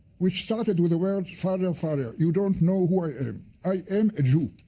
which started with the words, father, father, you don't know who i am, i am a jew.